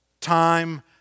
time